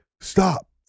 stop